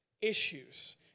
issues